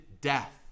death